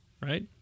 right